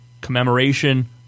commemoration